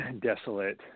desolate